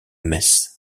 metz